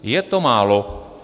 Je to málo.